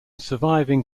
surviving